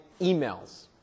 emails